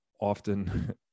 often